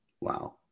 Wow